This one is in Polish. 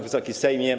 Wysoki Sejmie!